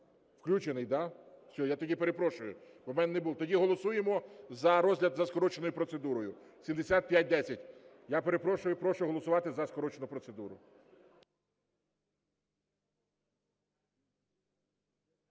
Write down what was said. Включений, да? Все, я тоді перепрошую. Тоді голосуємо за розгляд за скороченою процедурою 7510. Я перепрошую. Прошу голосувати за скорочену процедуру.